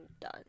done